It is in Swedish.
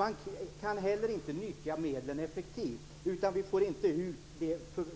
Man kan inte heller nyttja medlen effektivt, utan vi får inte ut